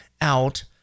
out